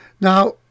Now